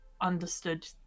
understood